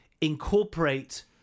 incorporate